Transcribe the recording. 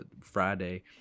Friday